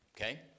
Okay